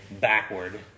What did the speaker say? backward